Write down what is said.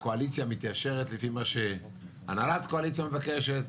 הקואליציה מתיישרת לפי מה שהנהלת הקואליציה מבקשת,